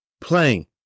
playing